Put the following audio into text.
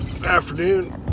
afternoon